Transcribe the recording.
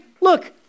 look